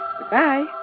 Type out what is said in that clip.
Goodbye